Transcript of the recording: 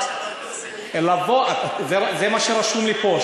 זה מה שרשום לי פה,